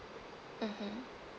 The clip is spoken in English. mmhmm